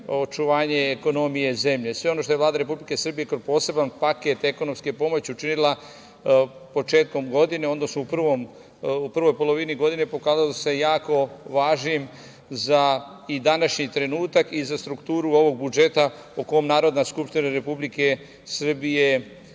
očuvanje ekonomije zemlje. Sve ono što je Vlada Republike Srbije kao poseban paket ekonomske pomoći učinila početkom godine, odnosno u prvoj polovini godine, pokazalo se jako važnim za današnji trenutak a i za strukturu ovog budžeta o kom Narodna skupština Republike Srbije